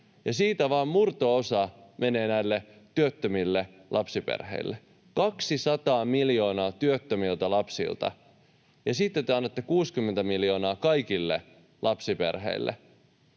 siitä vain murto-osa menee näille työttömille lapsiperheille. 200 miljoonaa työttömien lapsilta, ja sitten te annatte 60 miljoonaa kaikille lapsiperheille.